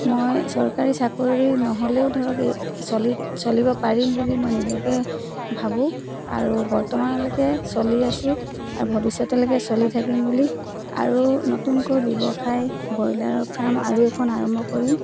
মই চৰকাৰী চাকৰি নহ'লেও ধৰক এই চলি চলিব পাৰিম বুলি মই নিজকে ভাবোঁ আৰু বৰ্তমানলৈকে চলি আছো আৰু ভৱিষ্যতলৈকে চলি থাকিম বুলি আৰু নতুনকৈ ব্যৱসায় ব্ৰইলাৰৰ ফ্ৰাম আৰু এখন আৰম্ভ কৰিম